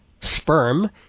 sperm